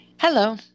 Hello